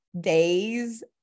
days